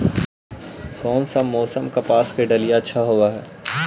कोन सा मोसम कपास के डालीय अच्छा होबहय?